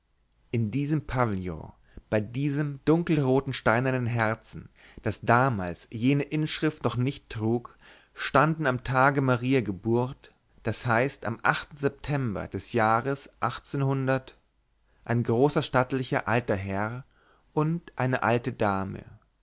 in diesem pavillon bei diesem dunkelroten steinernen herzen das damals jene inschrift noch nicht trug standen am tage mariä geburt das heißt am achten september des jahres ein großer stattlicher alter herr und eine alte dame